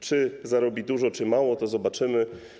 Czy zarobi dużo, czy mało, to zobaczymy.